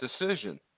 decision